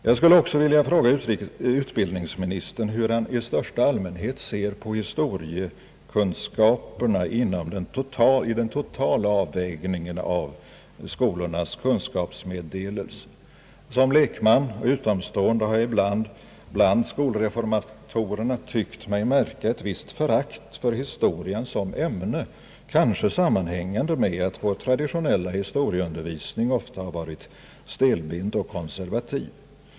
Jag skulle också vilja fråga utbildningsministern hur han i största allmänhet ser på historiekunskapernas plats i den totala avvägningen av skolornas kunskapsmeddelelse. Som lekman och utomstående har jag emellanåt bland skolreformatorerna tyckt mig märka ett visst förakt för historia som ämne, kanske sammanhängande med att vår traditionella historieundervisning ofta varit stelbent och konservativ.